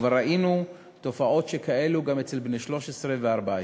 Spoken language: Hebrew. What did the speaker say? וכבר ראינו תופעות שכאלו גם אצל בני 13 ו-14.